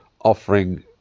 offering